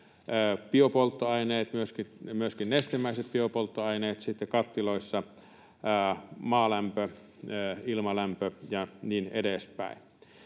biopolttoaineet, myöskin nestemäiset biopolttoaineet, sitten kattiloissa maalämpö, ilmalämpö ja niin edespäin.